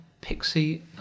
pixie